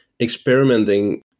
experimenting